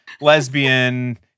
lesbian